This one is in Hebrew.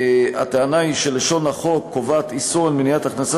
הטענה היא שלשון החוק קובעת איסור על מניעת הכנסה